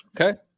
okay